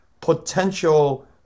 potential